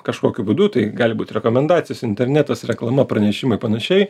kažkokiu būdu tai gali būt rekomendacijos internetas reklama pranešimai panašiai